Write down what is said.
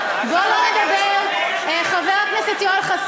איזה ריבים.